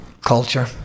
culture